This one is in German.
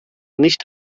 nicht